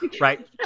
Right